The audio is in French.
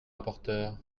rapporteur